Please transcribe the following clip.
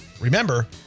Remember